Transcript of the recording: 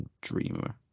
Dreamer